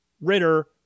Ritter